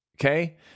Okay